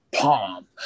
palm